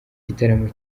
gitaramo